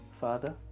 Father